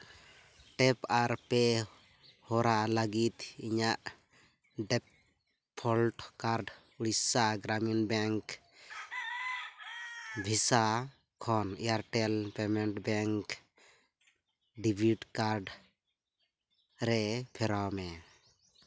tap ᱟᱨ ᱯᱮ ᱦᱚᱨᱟ ᱞᱟᱹᱜᱤᱫ ᱤᱧᱟᱹᱜ default card Odisha Gramin bank ᱵᱷᱤᱥᱟ ᱠᱷᱚᱱ Airtel payments bank debit card ᱨᱮ ᱯᱷᱮᱨᱟᱣ ᱢᱮ